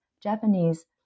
Japanese